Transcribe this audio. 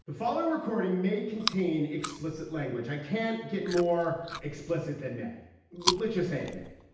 the following recording may contain explicit language i can't get more explicit than may literacy it may